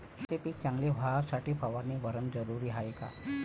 सोल्याचं पिक चांगलं व्हासाठी फवारणी भरनं जरुरी हाये का?